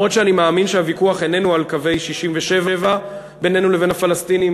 אם כי אני מאמין שהוויכוח איננו על קווי 67' בינינו לבין הפלסטינים,